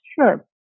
Sure